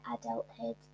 adulthood